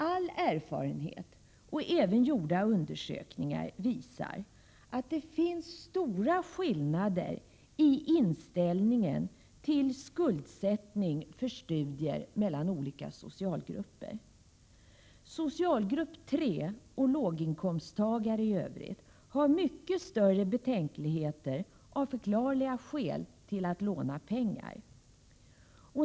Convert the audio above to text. All erfarenhet och även gjorda undersökningar visar att det finns stora skillnader mellan olika socialgruppers inställning till skuldsättning för studier. Inom socialgrupp 3 och bland låginkomsttagare i övrigt har man av förklarliga skäl mycket större betänkligheter när det gäller att låna pengar.